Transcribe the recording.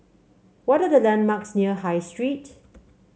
what are the landmarks near High Street